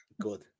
good